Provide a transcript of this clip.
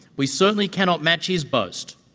we certainly cannot match his boast,